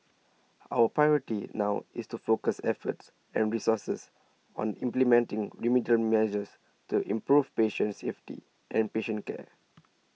our priority now is to focus efforts and resources on implementing remedial measures to improve patient safety and patient care